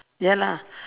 ya lah